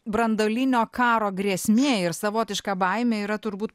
branduolinio karo grėsmė ir savotiška baimė yra turbūt